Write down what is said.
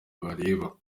bareba